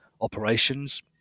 operations